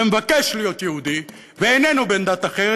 ומבקש להיות יהודי ואיננו בן דת אחרת,